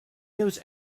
knows